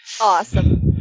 Awesome